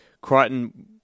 Crichton